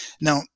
Now